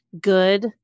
good